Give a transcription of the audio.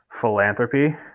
philanthropy